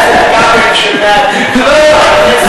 חבר הכנסת כבל,